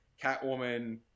Catwoman